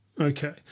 Okay